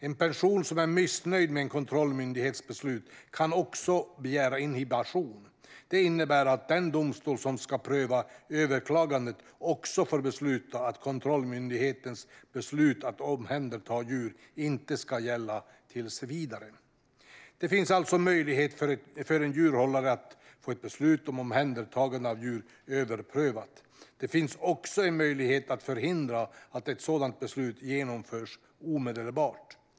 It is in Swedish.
En person som är missnöjd med en kontrollmyndighets beslut kan också begära inhibition. Det innebär att den domstol som ska pröva överklagandet också får besluta att kontrollmyndighetens beslut att omhänderta djur inte ska gälla tills vidare. Det finns alltså möjlighet för en djurhållare att få ett beslut om omhändertagande av djur överprövat. Det finns också en möjlighet att förhindra att ett sådant beslut genomförs omedelbart.